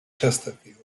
chesterfield